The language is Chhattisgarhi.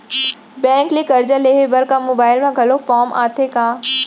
बैंक ले करजा लेहे बर का मोबाइल म घलो फार्म आथे का?